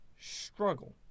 struggle